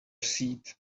seed